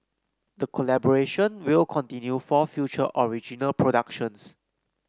the collaboration will continue for future original productions